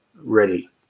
ready